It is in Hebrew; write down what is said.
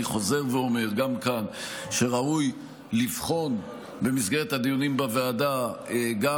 אני חוזר ואומר גם כאן: ראוי לבחון במסגרת הדיונים בוועדה גם